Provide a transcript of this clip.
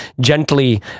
gently